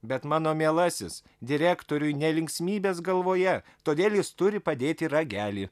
bet mano mielasis direktoriui ne linksmybės galvoje todėl jis turi padėti ragelį